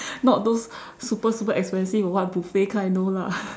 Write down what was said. not those super super expensive what buffet kind no lah